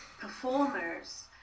performers